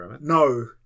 no